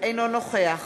אינו נוכח